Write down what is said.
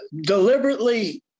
deliberately